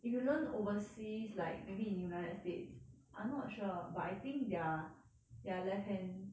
if you learn overseas like maybe in united states I'm not sure but I think they're they're left hand